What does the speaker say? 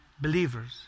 believers